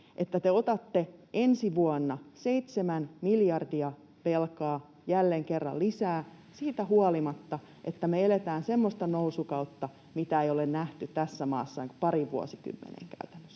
että te otatte ensi vuonna 7 miljardia velkaa jälleen kerran lisää siitä huolimatta, että me eletään semmoista nousukautta, mitä ei ole nähty tässä maassa käytännössä